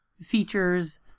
features